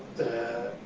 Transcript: the,